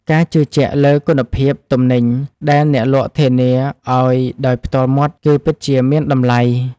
ការជឿជាក់លើគុណភាពទំនិញដែលអ្នកលក់ធានាឱ្យដោយផ្ទាល់មាត់គឺពិតជាមានតម្លៃ។